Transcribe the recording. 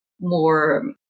more